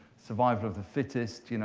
survival of the fittest, you know